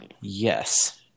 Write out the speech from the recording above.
yes